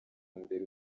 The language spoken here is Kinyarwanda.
mbere